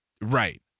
Right